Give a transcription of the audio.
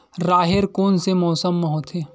राहेर कोन से मौसम म होथे?